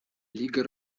лига